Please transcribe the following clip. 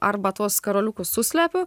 arba tuos karoliukus suslepiu